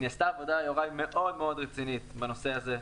נעשתה עבודה, יוראי, מאוד מאוד רצינית בנושא הזה.